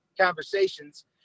conversations